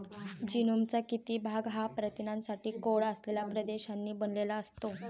जीनोमचा किती भाग हा प्रथिनांसाठी कोड असलेल्या प्रदेशांनी बनलेला असतो?